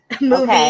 movie